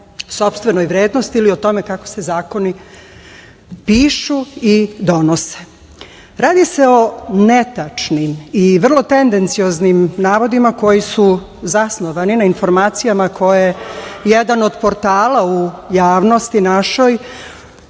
sopstvenoj vrednosti ili o tome kako se zakoni pišu i donose. Radi se o netačnim i vrlo tendencioznim navodima koji su zasnovani na informacijama koje jedan od portala u javnosti našoj